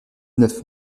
neuf